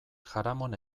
jaramon